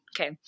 Okay